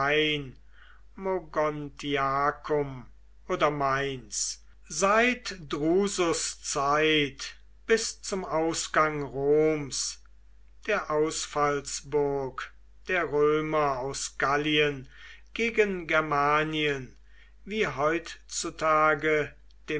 oder mainz seit drusus zeit bis zum ausgang roms der ausfallsburg der römer aus gallien gegen germanien wie heutzutage